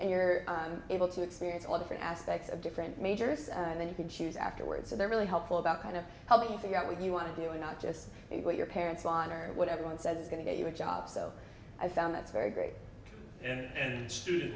and you're able to experience all different aspects of different majors and then you can choose afterward so they're really helpful about kind of help you figure out what you want to do and not just what your parents ron or whatever one says is going to get you a job so i found that's very great and